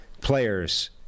players